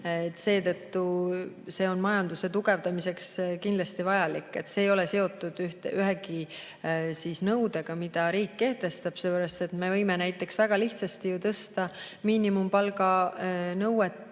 See on majanduse tugevdamiseks kindlasti vajalik. See ei ole seotud ühegi nõudega, mida riik kehtestab, sellepärast et me võime näiteks väga lihtsasti ju tõsta miinimumpalganõude